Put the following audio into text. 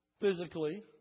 physically